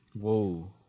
Whoa